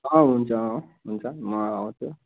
हुन्छ हुन्छ म आउँछु